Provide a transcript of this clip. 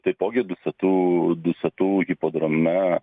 taipogi dusetų dusetų hipodrome